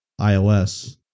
ios